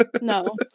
No